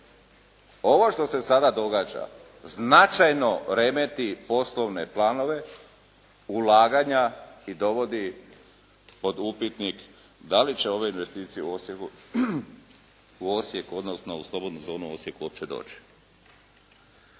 Ovo što se sada događa značajno remeti poslovne planove ulaganja i dovodi pod upitnik da li će ove investicije u Osijeku, odnosno u slobodnu zonu Osijek uopće doći.